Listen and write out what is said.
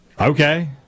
Okay